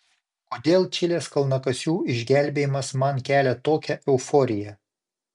kodėl čilės kalnakasių išgelbėjimas man kelia tokią euforiją